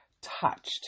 touched